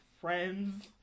friends